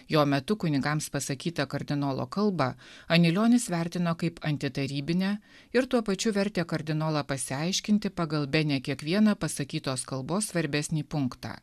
jo metu kunigams pasakytą kardinolo kalbą anilionis vertino kaip antitarybinę ir tuo pačiu vertė kardinolą pasiaiškinti pagal bene kiekvieną pasakytos kalbos svarbesnį punktą